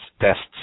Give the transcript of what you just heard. tests